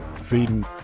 feeding